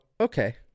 okay